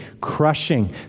crushing